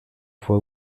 fue